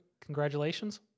congratulations